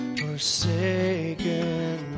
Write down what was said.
forsaken